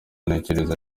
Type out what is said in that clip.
ntekereza